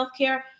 healthcare